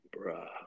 bruh